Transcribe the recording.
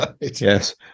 yes